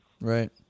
Right